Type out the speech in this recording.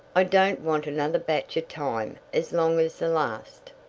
i don't want another batch of time as long as the last.